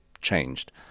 changed